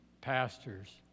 pastors